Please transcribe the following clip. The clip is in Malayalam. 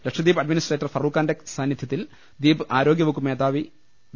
ലക്ഷ ദ്വീപ് അഡ്മിനിസ്ട്രേറ്റർ ഫാറൂഖ് ഖാന്റെ സാന്നിദ്ധ്യത്തിൽ ദ്വീപ് ആരോഗ്യവകുപ്പ് മേധാവി ഡോ